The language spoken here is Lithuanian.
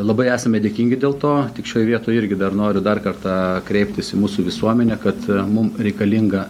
labai esame dėkingi dėl to tik šioj vietoj irgi dar noriu dar kartą kreiptis į mūsų visuomenę kad mum reikalinga